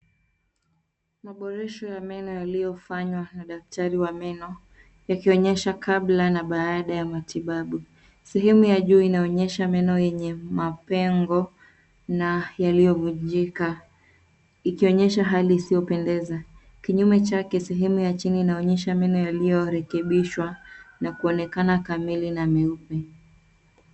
Maboresho ya meno yaliyofanywa na daktari wa meno, yakionyesha kabla na baada ya matibabu. Sehemu ya juu inaonyesha meno yenye mapengo na yaliyovunjika ikionyesha hali isiyopendeza kinyume chake sehemu ya chini inaonyesha meno yaliyorekebishwa na kuonekana kamili na meupe.